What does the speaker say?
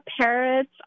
parrots